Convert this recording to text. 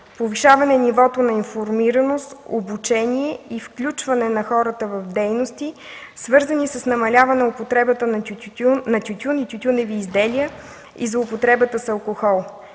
повишаване нивото на информираност, обучение и включване на хората в дейности, свързани с намаляване употребата на тютюн и тютюневи изделия и злоупотребата с алкохол;